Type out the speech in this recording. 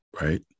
right